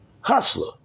Hustler